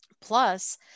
plus